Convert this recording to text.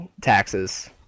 taxes